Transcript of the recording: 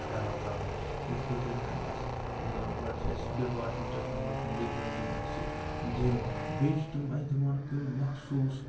خیال تھاوُن یِتھ کٲٹھۍ زَنہٕ اَسہِ مطلب گۄڈٕ چھِ اَسہِ ڈِپاٹمٮ۪نٛٹَس منٛز گژھُن ییٚلہِ زَنہٕ تِم اَسہِ دِن بیٚیہِ چھِ تِم اَسہِ دِوان کُنہِ مخصوٗص